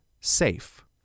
SAFE